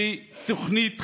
בתוכנית חדשה,